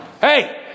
hey